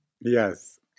Yes